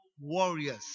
warriors